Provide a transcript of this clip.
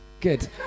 Good